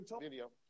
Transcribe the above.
video